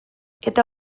eta